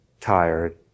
tired